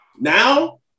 Now